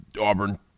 Auburn –